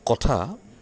কথা